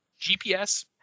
GPS